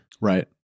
Right